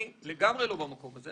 אני לגמרי לא במקום הזה.